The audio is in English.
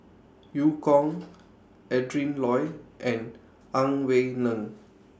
EU Kong Adrin Loi and Ang Wei Neng